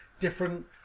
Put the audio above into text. different